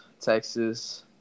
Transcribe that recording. Texas